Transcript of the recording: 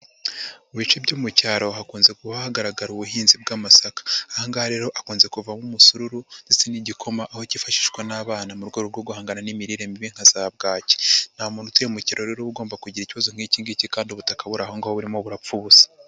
Mu bice byo mu cyaro hakunze kuba hagaragara ubuhinzi bw'amasaka, aha ngaha rero hakunze kuvamo umusururu ndetse n'igikoma aho kifashishwa n'abana mu rwego rwo guhangana n'imirire mibi nka za Bwaki. Nta muntu utuye mu cyaro rero uba agomba kugira ikibazo nk'iki ngiki kandi ubutaka buri aho ngaho burimo burapfa ubusa.